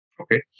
Okay